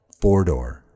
four-door